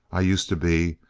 i used to be.